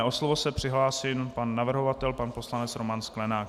O slovo se přihlásil pan navrhovatel, pan poslanec Roman Sklenák.